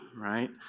right